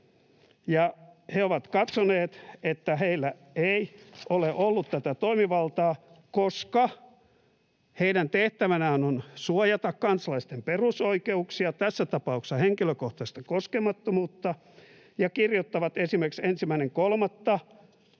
he ovat katsoneet, että heillä ei ole ollut tätä toimivaltaa, koska heidän tehtävänään on suojata kansalaisten perusoikeuksia, tässä tapauksessa henkilökohtaista koskemattomuutta, ja he kirjoittavat esimerkiksi 1.3.